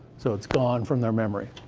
so it's gone from their memory.